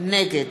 נגד